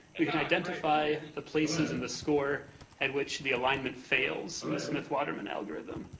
we can identify the places in the score at which the alignment fails in the smith-waterman algorithm.